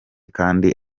kandi